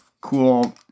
cool